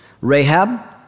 Rahab